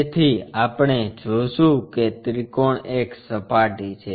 તેથી આપણે જોશું કે ત્રિકોણ એક સપાટી છે